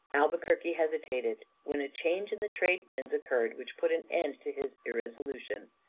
albuquerque hesitated, when a change in the trade-winds occurred which put an end to his irresolution.